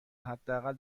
حداقل